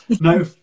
no